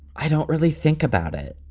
i don't really think about it.